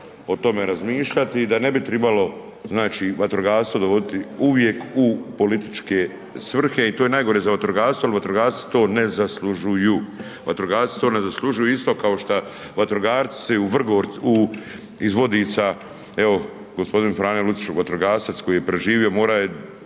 o tome razmišljati i da ne bi tribalo znači vatrogastvo dovoditi uvijek u političke svrhe. I to je najgore za vatrogastvo jer vatrogasci ne zaslužuju, vatrogasci ne zaslužuju isto kao što vatrogasci u Vrgorcu, iz Vodica evo Frane Lucić je vatrogasac koji je preživio morao je